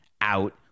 out